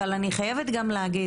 אבל אני חייבת גם להגיד